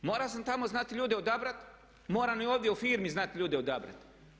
Morao sam tamo znati ljude odabrati, moram i ovdje u firmi znati ljude odabrati.